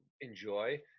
enjoy